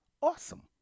awesome